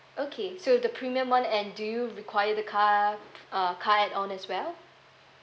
okay so the premium one and do you require the car uh car add on as well